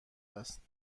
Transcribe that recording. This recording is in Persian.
است